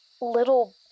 little